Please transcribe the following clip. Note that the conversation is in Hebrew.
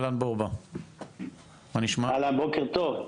אהלן, בוקר טוב.